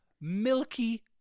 milky